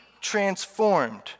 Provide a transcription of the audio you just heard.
transformed